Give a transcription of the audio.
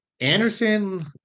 Anderson